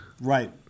Right